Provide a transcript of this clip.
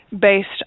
based